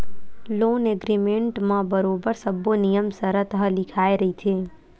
loan agreement म बरोबर सब्बो नियम सरत ह लिखाए रहिथे